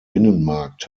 binnenmarkt